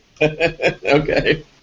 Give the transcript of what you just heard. Okay